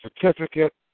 certificate